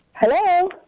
hello